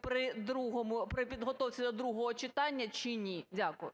при другому… при підготовці до другого читання чи ні? Дякую.